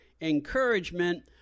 Encouragement